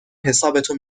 حسابتو